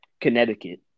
Connecticut